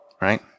right